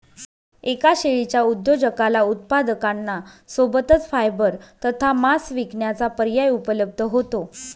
एका शेळीच्या उद्योजकाला उत्पादकांना सोबतच फायबर तथा मांस विकण्याचा पर्याय उपलब्ध होतो